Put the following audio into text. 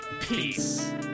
Peace